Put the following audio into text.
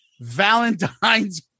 Valentine's